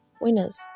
winners